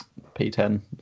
P10